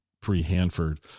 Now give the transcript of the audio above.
pre-hanford